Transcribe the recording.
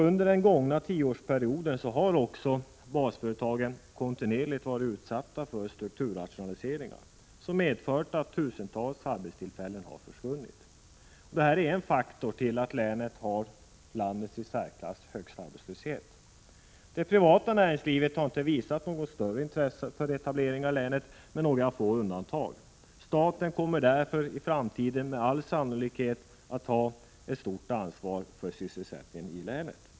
Under den gångna tioårsperioden har också basföretagen kontinuerligt varit utsatta för strukturrationaliseringar, som medfört att tusentals arbetstillfällen försvunnit. Det är en faktor som bidrar till att länet har landets i särklass högsta arbetslöshet. Det privata näringslivet har inte visat något större intresse för etableringar till länet, med några få undantag. Staten kommer därför med all sannolikhet att även i framtiden ha ett stort ansvar för sysselsättningen i länet.